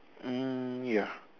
mm ya